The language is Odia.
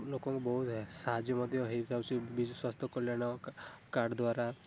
ଲୋକଙ୍କୁ ବହୁତ ସାହାଯ୍ୟ ମଧ୍ୟ ହେଇଯାଉଛି ବିଜୁ ସ୍ୱାସ୍ଥ୍ୟ କଲ୍ୟାଣ କାର୍ଡ଼୍ ଦ୍ୱାରା